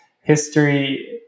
history